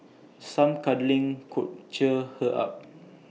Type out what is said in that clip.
some cuddling could cheer her up